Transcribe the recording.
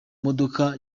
modoka